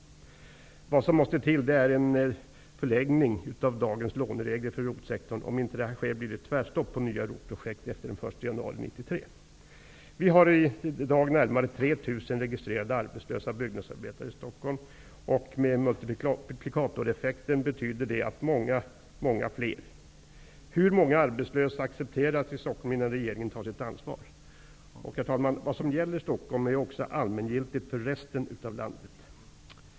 Det som måste till är en förlängning av dagens låneregler för ROT-sektorn. Om inte det sker blir det tvärstopp för nya ROT Vi har i dag närmare 3 000 registrerade arbetslösa byggnadsarbetare i Stockholm. Med multiplikatoreffekten betyder det många, många fler. Hur många arbetslösa accepteras i Stockholm innan regeringen tar sitt ansvar? Herr talman, det som gäller i Stockholm är också allmängiltigt för resten av landet.